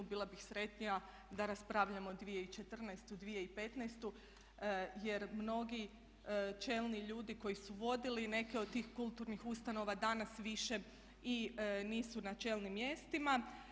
Bila bih sretnija da raspravljamo 2014., 2015.jer mnogi čelni ljudi koji su vodili neke od tih kulturnih ustanova danas više nisu na čelnim mjestima.